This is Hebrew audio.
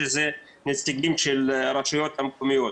שזה נציגים של הרשויות המקומיות.